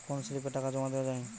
কোন স্লিপে টাকা জমাদেওয়া হয়?